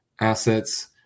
assets